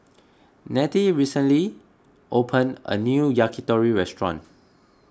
Nettie recently opened a new Yakitori restaurant